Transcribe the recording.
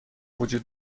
وجود